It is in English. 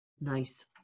Nice